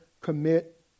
commit